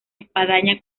espadaña